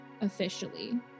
officially